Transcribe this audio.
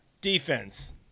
defense